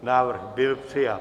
Návrh byl přijat.